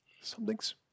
Something's